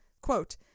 Quote